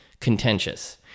contentious